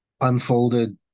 unfolded